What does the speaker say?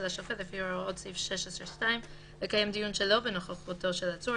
השופט לפי הוראות סעיף 16(2) לקיים דיון שלא בנוכחותו של עצור,